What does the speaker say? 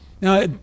Now